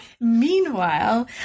meanwhile